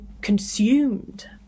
consumed